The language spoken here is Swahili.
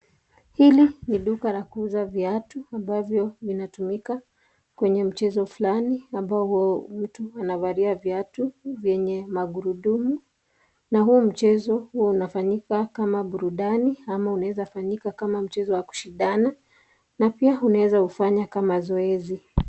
Hili ni duka la kuuza viatu ambavyo vinatumika kwenye mchezo fulani ambao huwa mtu anavalia viatu vyenye magurudumu, na huu mchezo huwa unafanyika kama burudani ama unaeza fanyika kama mchezo wa kushindana. Na pia unaeza ufanya kama zoezi.